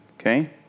Okay